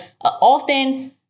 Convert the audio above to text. often